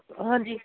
ਹਾਂਜੀ